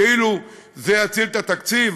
כאילו זה יציל את התקציב.